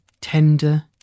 tender